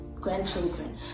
grandchildren